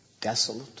desolate